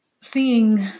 seeing